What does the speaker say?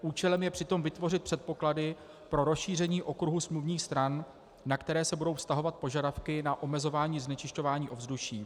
Účelem je přitom vytvořit předpoklady pro rozšíření okruhu smluvních stran, na které se budou vztahovat požadavky na omezování znečišťování ovzduší.